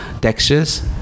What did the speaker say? textures